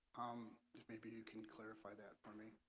um, maybe you can clarify that for me